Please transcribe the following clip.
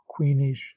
queenish